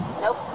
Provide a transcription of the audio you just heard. Nope